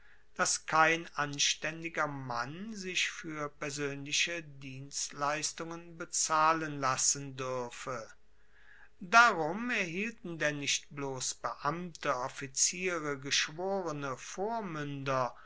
dass kein anstaendiger mann sich fuer persoenliche dienstleistungen bezahlen lassen duerfe darum erhielten denn nicht bloss beamte offiziere